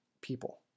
people